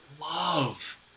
love